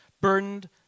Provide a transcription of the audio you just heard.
burdened